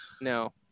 No